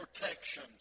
protection